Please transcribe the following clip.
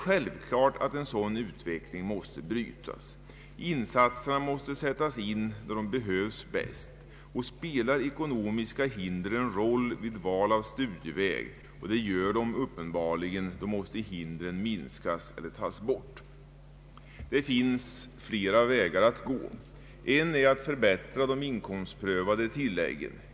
Självklart måste en sådan utveckling brytas. Insatserna måste göras där de bäst behövs. Spelar ekonomiska hinder en roll vid val av studieväg — och det gör de uppenbarligen — måste hindren minskas eller tas bort. Det finns flera vägar att gå. En är att förbättra de inkomstprövade tilläggen.